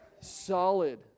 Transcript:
Solid